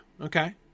okay